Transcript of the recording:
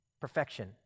perfection